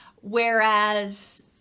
whereas